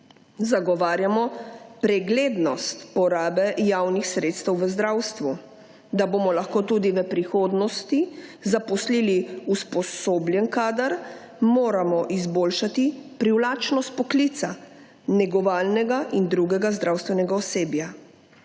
Zagovarjamo preglednost porabe javnih sredstev v zdravstvu, da bomo lahko tudi v prihodnosti zaposlili usposobljen kader, moramo izboljšati privlačnost poklica, negovalnega in drugega zdravstvenega osebja.